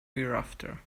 hereafter